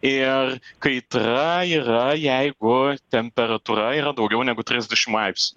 ir kaitra yra jeigu temperatūra yra daugiau negu trisdešim laipsnių